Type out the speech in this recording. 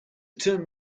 term